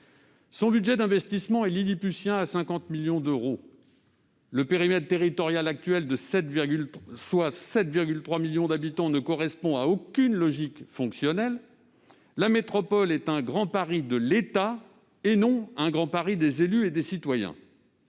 Son budget d'investissement- 50 millions d'euros -est lilliputien. Le périmètre territorial actuel, soit 7,3 millions d'habitants, ne correspond à aucune logique fonctionnelle. La métropole est un Grand Paris de l'État, non un Grand Paris des élus et des citoyens.